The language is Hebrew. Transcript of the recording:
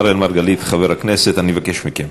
אראל מרגלית, חבר הכנסת, אני מבקש מכם.